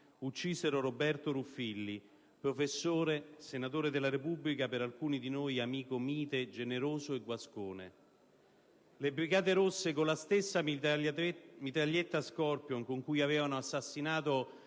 diritto e di storia contemporanea, senatore della Repubblica, per alcuni di noi amico mite, generoso e guascone. Le Brigate rosse, con la stessa mitraglietta Skorpion con cui avevano assassinato